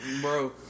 Bro